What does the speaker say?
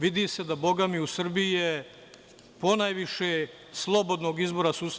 Vidi se da bogami u Srbiji je ponajviše slobodnog izbora sudstva.